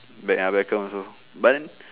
beck~ uh beckham also but then